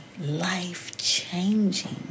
life-changing